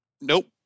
Nope